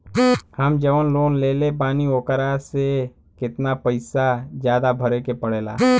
हम जवन लोन लेले बानी वोकरा से कितना पैसा ज्यादा भरे के पड़ेला?